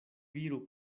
viro